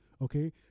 Okay